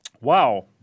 Wow